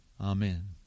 Amen